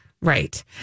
right